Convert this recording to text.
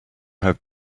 have